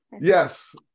Yes